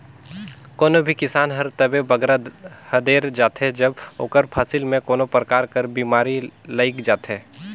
कोनो भी किसान हर तबे बगरा हदेर जाथे जब ओकर फसिल में कोनो परकार कर बेमारी लइग जाथे